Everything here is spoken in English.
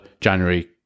January